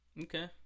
Okay